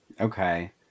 Okay